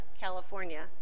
California